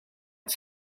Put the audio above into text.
het